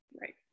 Right